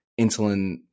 insulin